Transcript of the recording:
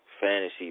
Fantasy